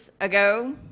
ago